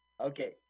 Okay